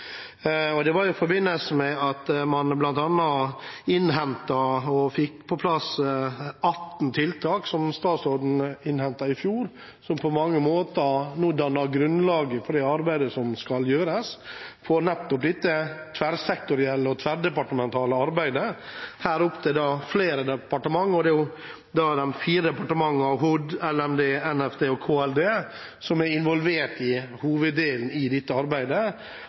Det var i forbindelse med at man bl.a. fikk på plass 18 tiltak, som statsråden innhentet i fjor, og som på mange måter nå danner grunnlaget for det tverrsektorielle og tverrdepartementale arbeidet som skal gjøres. Det er de fire departementene Helse- og omsorgsdepartementet, Landbruks- og matdepartementet, Nærings- og fiskeridepartementet og Klima- og miljødepartementet som er involvert i hoveddelen av dette arbeidet. Sånn sett blir en del av disse forslagene litt som